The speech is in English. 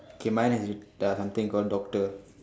okay mine has it there are something call doctor